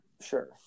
Sure